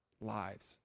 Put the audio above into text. lives